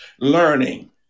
learning